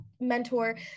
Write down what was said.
mentor